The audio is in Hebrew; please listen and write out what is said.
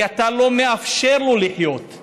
כי אתה לא מאפשר לו לחיות,